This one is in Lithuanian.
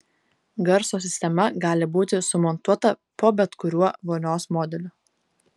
garso sistema gali būti sumontuota po bet kuriuo vonios modeliu